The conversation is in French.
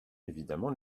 évidemment